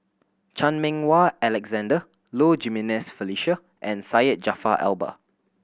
Chan Meng Wah Alexander Low Jimenez Felicia and Syed Jaafar Albar